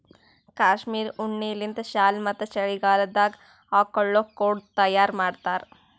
cashmere ಉಣ್ಣಿಲಿಂತ್ shawl ಮತ್ತ್ ಚಳಿಗಾಲದಾಗ್ ಹಾಕೊಳ್ಳ ಕೋಟ್ ತಯಾರ್ ಮಾಡ್ತಾರ್